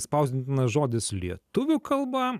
spausdintinas žodis lietuvių kalba